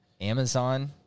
Amazon